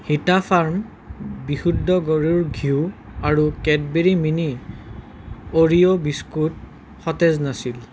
হিটা farm বিশুদ্ধ গৰুৰ ঘিউ আৰু কেটবেৰী মিনি অ'ৰিঅ' বিস্কুট সতেজ নাছিল